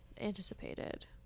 anticipated